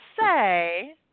say